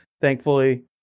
thankfully